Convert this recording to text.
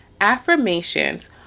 Affirmations